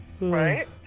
Right